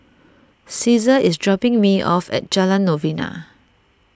Ceasar is dropping me off at Jalan Novena